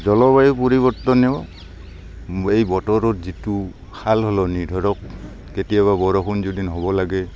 জলবায়ু পৰিৱৰ্তনেও এই বতৰৰ যিটো সাল সলনি ধৰক কেতিয়াবা বৰষুণ যদি নহ'ব লাগে